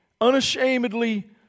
Unashamedly